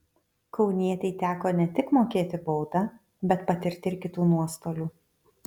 kaunietei teko ne tik mokėti baudą bet patirti ir kitų nuostolių